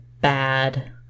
bad